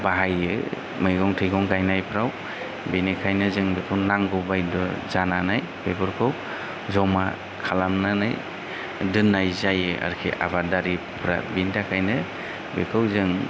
बाहायो मैगं थाइगं गायनायफ्राव बेनिखायनो जों बेखौ नांगौ बायध' जानानै बेफोरखौ जमा खालामनानै दोननाय जायो आरोखि आबादारिफोरा बेनि थाखायनो बेखौ जों